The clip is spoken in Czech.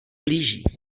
blíží